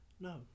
no